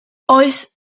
oes